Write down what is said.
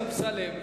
חבר הכנסת אמסלם,